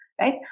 right